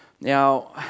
now